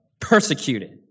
persecuted